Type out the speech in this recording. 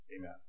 Amen